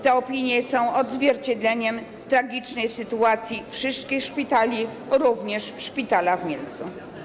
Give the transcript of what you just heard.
Te opinie są odzwierciedleniem tragicznej sytuacji wszystkich szpitali, również szpitala w Mielcu.